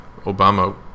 obama